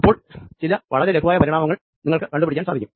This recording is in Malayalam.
ഇപ്പോൾ ചില ലവളരെ ലഘുവായ പരിണാമങ്ങൾ നമുക്ക് കണ്ടു പിടിക്കാൻ സാധിക്കും